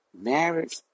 marriage